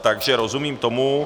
Takže rozumím tomu.